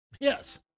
yes